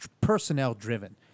personnel-driven